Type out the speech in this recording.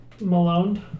Malone